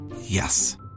Yes